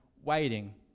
waiting